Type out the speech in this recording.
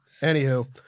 Anywho